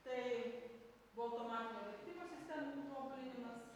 tai buvo automatinio vertimo sistemų tobulinimas